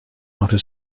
outer